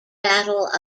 battle